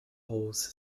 halls